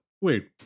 wait